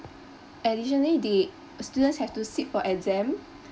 additionally they students have to sit for exam